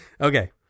Okay